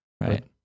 Right